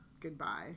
Goodbye